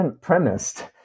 premised